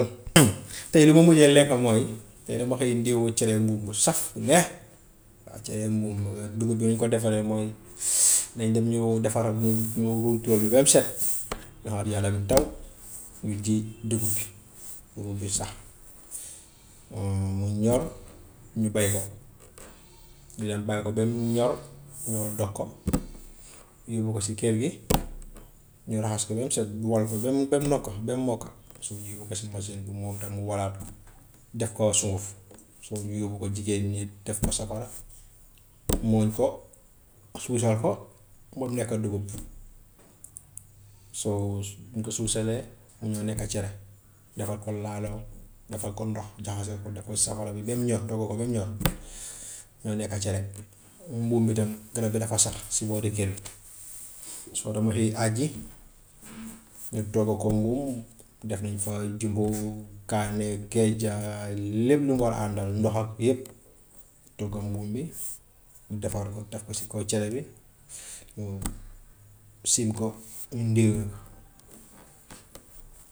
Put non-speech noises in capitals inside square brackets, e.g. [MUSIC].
[NOISE] tey li ma mujjee lekk mooy, tey dama xëy ndewó cereeg mbuum bu saf, bu neex. Waaw cereeg mbuum dugub bi ni ñu ko defaree mooy [NOISE] dañ dem ñu defaral ñu [NOISE] ñu ruuj tool bi ba mu set [NOISE] ñu xaar yàlla bi taw, ñu ji dugub bi, dugub bi sax [NOISE] mu ñor ñu béy ko [NOISE] ñu dem bàyyi ko ba mu ñor [NOISE] ñu dog ko [NOISE] yóbbu ko si kër gi [NOISE] ñu raxas ko ba mu set, ñu wal ko ba mu ba mu mokk ba mu mokk, so ñu yóbbu ko si masiin bi moom tam mu walaat ko def ko sunguf. So ñu yóbbu ko jigéen ñi def ko safara, [NOISE] mooñ ko, suusal ko ba mu nekk dugub. So su ñu ko suusalee mu ñëw nekk cere, defal ko laalo, defal ko ndox jaxase ko defal ko safara bi ba mu ñor togg ko ba mu ñor [NOISE] mu ñëw nekka cere. Mbuum bi tam garab bi dafa sax si boori kër gi [NOISE] suba dama xëy àjji ñu togg ko mbuum, def nañu fa jumbo, kaane, gejja, lépp lu mu war a àndal ndox ak yëpp, togg mbuum bi [NOISE] defar ko def ko si kaw cere bi [NOISE] siim ko ndewó.